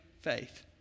faith